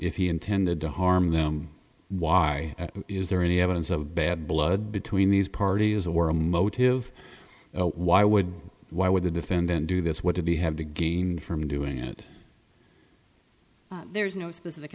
if he intended to harm them why is there any evidence of bad blood between these parties or a motive why would why would the defendant do this what did he have to gain from doing it there's no specific